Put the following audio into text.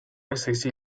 essersi